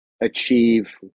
achieve